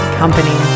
company